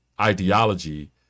ideology